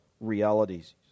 realities